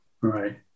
right